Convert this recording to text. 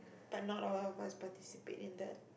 but not all must participate in that